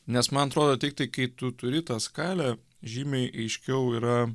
nes man atrodo tiktai kai tu turi tą skalę žymiai aiškiau yra